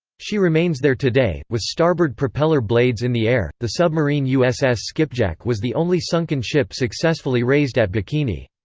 she remains there today, with starboard propeller blades in the air the submarine uss skipjack was the only sunken ship successfully raised at bikini.